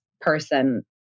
person